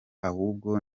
ahubwo